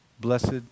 Blessed